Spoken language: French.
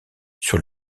sur